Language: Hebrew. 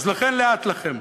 אז לכן, לאט לכם.